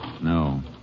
No